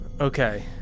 Okay